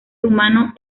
rumano